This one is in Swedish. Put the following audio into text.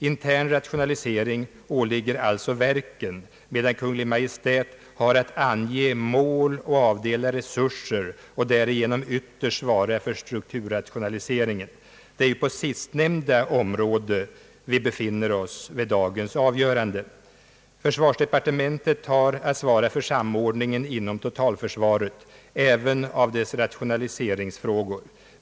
Intern rationalisering åligger alltså verken, medan Kungl. Maj:t har att ange mål och avdela resurser och därigenom ytterst svara för strukturrationaliseringen. Det är på sistnämnda område vi befinner oss vid dagens avgörande. Försvarsdepartementet har att svara för samordningen inom totalförsvaret, även av dess rationaliseringsfrågor.